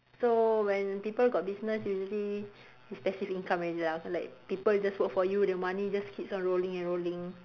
so when people got business usually it's passive income already lah like people just work for you the money just keeps on rolling and rolling